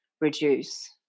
reduce